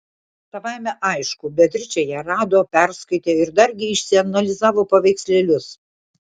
savaime aišku beatričė ją rado perskaitė ir dargi išsianalizavo paveikslėlius